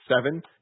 seven